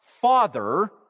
father